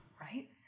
Right